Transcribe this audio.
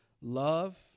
Love